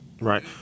right